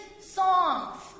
songs